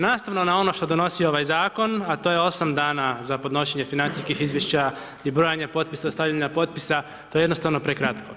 Nastavno na ono što donosi ovaj zakon, a to je 8 dana da za podnošenje financijskih izvješća i brojanja potpisa, dostavljanja potpisa, to je jednostavno prekratko.